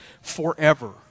forever